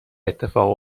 اتفاق